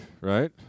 right